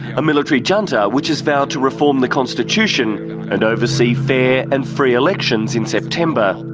a military junta which has vowed to reform the constitution and oversee fair and free elections in september.